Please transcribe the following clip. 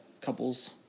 couple's